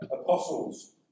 apostles